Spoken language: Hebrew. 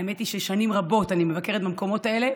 האמת היא ששנים רבות אני מבקרת במקומות האלה,